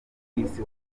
bw’isi